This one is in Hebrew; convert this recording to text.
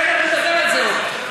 בסדר, נדבר על זה עוד.